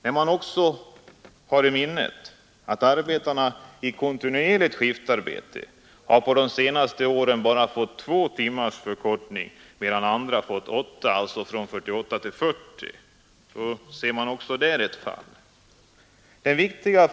Man bör också ha i minnet att arbetarna vid kontinuerligt skiftarbete på de senaste åren bara har fått två timmars förkortning medan andra fått åtta, alltså från 48 till 40 timmar.